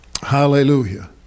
Hallelujah